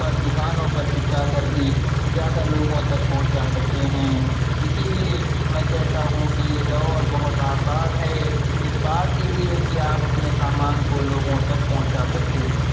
پر دکانوں پر چپکا کر بھی زیادہ لوگوں تک پہنچا سکتے ہیں اسی لیے میں کہتا ہوں کہ یہ دور بہت آسان ہے اس بات کے لیے کہ آپ اپنے سامان کو لوگوں تک پہنچا سکتے ہیں